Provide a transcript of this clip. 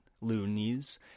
loonies